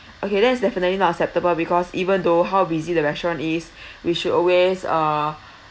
okay that is definitely not acceptable because even though how busy the restaurant is we should always uh